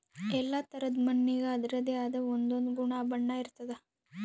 ಎಲ್ಲಾ ಥರಾದ್ ಮಣ್ಣಿಗ್ ಅದರದೇ ಆದ್ ಒಂದೊಂದ್ ಗುಣ ಬಣ್ಣ ಇರ್ತದ್